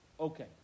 Okay